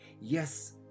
Yes